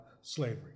slavery